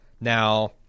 now